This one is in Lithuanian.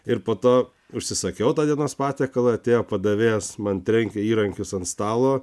ir po to užsisakiau tą dienos patiekalą atėjo padavėjas man trenkė įrankius ant stalo